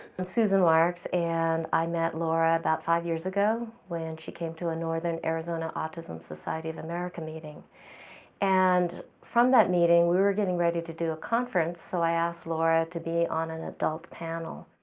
and susan marks and i met laura about five years ago when she came to a northern arizona autism society of america meeting and from that meeting we were getting ready to do a conference so i asked laura to be on an adult panel.